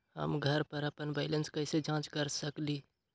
हम घर पर अपन बैलेंस कैसे जाँच कर सकेली?